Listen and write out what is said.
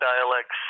dialects